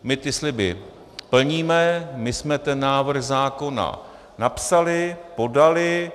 My ty sliby plníme, my jsme ten návrh zákona napsali, podali.